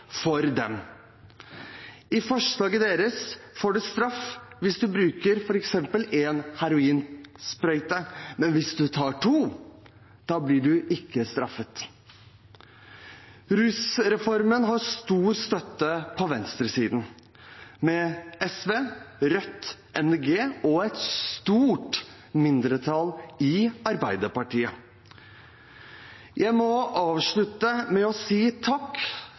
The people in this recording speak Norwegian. for dem. I forslaget deres får du straff hvis du bruker f.eks. én heroinsprøyte, men hvis du tar to, blir du ikke straffet. Rusreformen har stor støtte på venstresiden, med SV, Rødt, Miljøpartiet De Grønne – og et stort mindretall i Arbeiderpartiet. Jeg må avslutte med å si takk